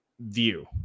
view